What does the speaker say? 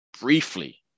Briefly